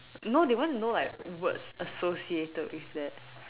no they want to know like words associated with that